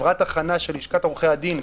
חברת הכנה של לשכת עורכי הדין,